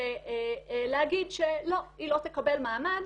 ולהגיד שלא, היא לא תקבל מעמד.